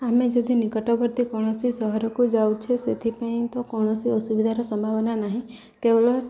ଆମେ ଯଦି ନିକଟବର୍ତ୍ତୀ କୌଣସି ସହରକୁ ଯାଉଛେ ସେଥିପାଇଁ ତ କୌଣସି ଅସୁବିଧାର ସମ୍ଭାବନା ନାହିଁ କେବଳ